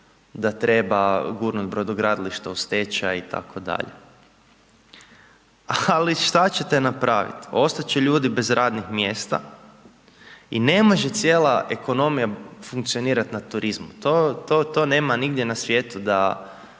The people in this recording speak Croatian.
da treba gurnuti brodogradilište u stečaj itd. Ali šta ćete napraviti, ostati će ljudi bez radnih mjesta i ne može cijela ekonomija funkcionirati na turizmu. To nema nigdje na svijetu da